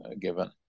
given